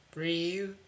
Breathe